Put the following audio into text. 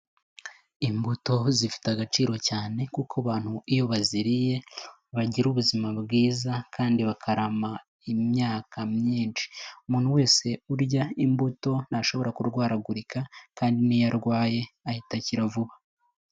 Imbuto zifite agaciro cyane kuko abantu iyo baziriye bagira ubuzima bwiza kandi bakarama imyaka myinshi, umuntu wese urya imbuto ntashobora kurwaragurika kandi n'iyo arwaye ahita akira vuba.